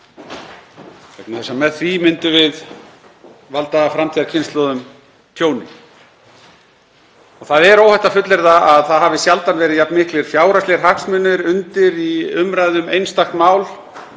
þess að með því myndum við valda framtíðarkynslóðum tjóni. Það er óhætt að fullyrða að það hafi sjaldan verið jafn miklir fjárhagslegir hagsmunir undir í umræðu um einstakt mál